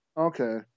Okay